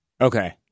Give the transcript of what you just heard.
Okay